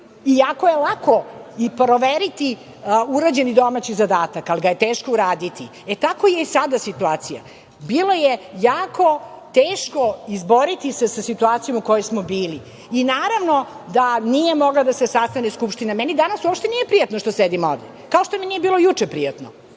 i jako je lako i proveriti urađeni domaći zadatak, ali ga je teško uraditi. Takva je i sada situacija. Bilo je jako teško izboriti se sa situacijom u kojoj smo bili i naravno da nije mogla da se sastane Skupština. Meni danas uopšte nije prijatno što sedim ovde, kao što mi nije juče bilo prijatno.